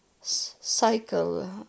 cycle